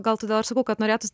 gal todėl ir sakau kad norėtųs